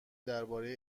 درباره